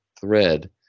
thread